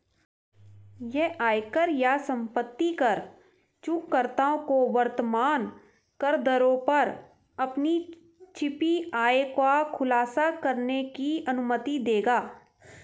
यह आयकर या संपत्ति कर चूककर्ताओं को वर्तमान करदरों पर अपनी छिपी आय का खुलासा करने की अनुमति देगा